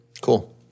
Cool